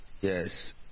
Yes